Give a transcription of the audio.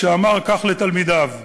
שאמר לתלמידיו כך: